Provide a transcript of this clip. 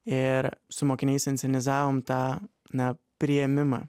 ir su mokiniais inscenizavome tą ne priėmimą